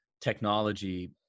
technology